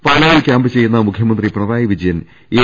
പാലായിൽ കൃാമ്പുചെയ്യുന്ന മുഖൃമന്ത്രി പിണറായി വിജയൻ എൽ